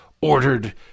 ordered